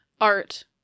art